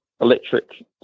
electric